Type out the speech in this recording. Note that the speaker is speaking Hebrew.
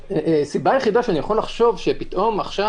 הסיבה היחידה שאני יכול לחשוב שפתאום עכשיו